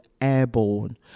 airborne